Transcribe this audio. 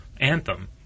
anthem